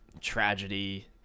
Tragedy